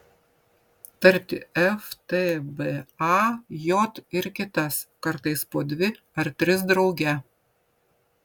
tarti f t b a j ir kitas kartais po dvi ar tris drauge